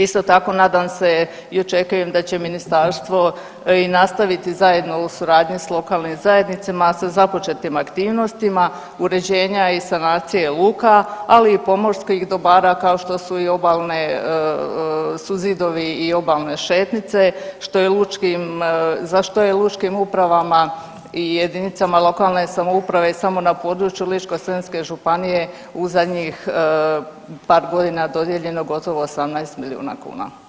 Isto tako nadam se i očekujem da će ministarstvo i nastaviti zajedno u suradnji sa lokalnim zajednicama sa započetim aktivnostima uređenja i sanacije luka, ali i pomorskih dobara kao što su i obalni suzidovi i obalne šetnjice za što je lučkim upravama i jedinicama lokalne samouprave samo na području Ličko-senjske županije u zadnjih par godina dodijeljeno gotovo 18 milijuna kuna.